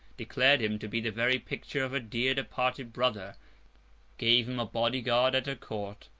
declared him to be the very picture of her dear departed brother gave him a body-guard at her court,